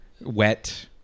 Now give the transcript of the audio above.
wet